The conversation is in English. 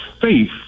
faith